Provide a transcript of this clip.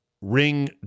ring